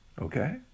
Okay